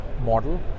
model